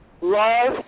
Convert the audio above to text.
love